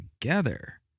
together